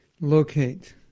locate